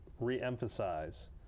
re-emphasize